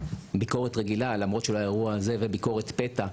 ביקורת רגילה לא על האירוע הזה וביקורת פתע,